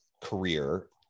career